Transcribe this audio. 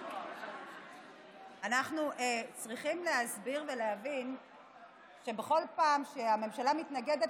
אנחנו צריכים להסביר ולהבין שבכל פעם שהממשלה מתנגדת,